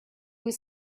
was